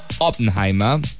Oppenheimer